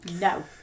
no